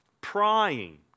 prying